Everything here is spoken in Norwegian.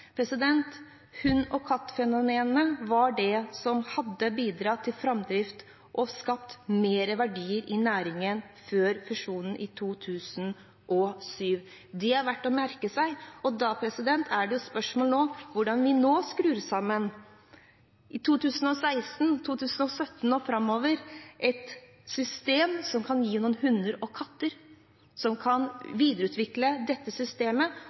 og katt»-fenomenene var det som hadde bidratt til framdrift og skapt mer verdier i næringen før fusjonen i 2007. Det er det verdt å merke seg, og da er spørsmålet hvordan vi nå skrur sammen – i 2016, 2017 og framover – et system som kan gi noen hunder og katter som kan videreutvikle dette systemet,